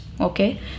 Okay